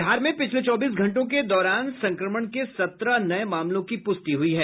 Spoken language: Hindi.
बिहार में पिछले चौबीस घंटों के दौरान संक्रमण के सत्रह नये मामलों की प्रष्टि हुई है